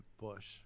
bush